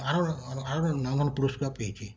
আরও আরও নানান পুরস্কার পেয়েছি